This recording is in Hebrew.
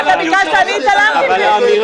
אתה ביקשת, אני התעלמתי ממנה.